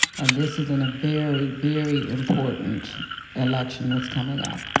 and this is and a very, very important election that's coming up.